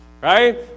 Right